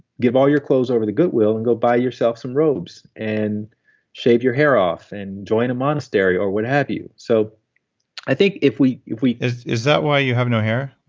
give all your clothes over the goodwill and go buy yourself some robes and shave your hair off and join a monastery or what have you. so i think if we if we is is that why you have no hair?